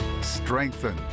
strengthen